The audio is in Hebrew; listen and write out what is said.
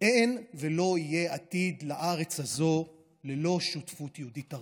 אין ולא יהיה עתיד לארץ הזאת ללא שותפות יהודית-ערבית.